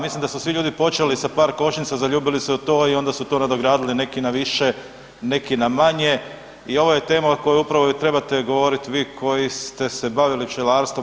Mislim da su svi ljudi počeli sa par košnica, zaljubili se u to i onda su to nadogradili neki na više, neki na manje i ovo je tema o kojoj upravo trebate govoriti vi koji ste se bavili pčelarstvom.